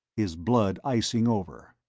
his blood icing over.